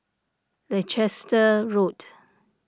Leicester Road